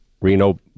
Reno